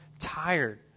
tired